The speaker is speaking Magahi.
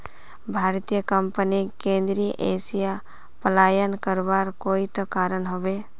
भारतीय कंपनीक केंद्रीय एशिया पलायन करवार कोई त कारण ह बे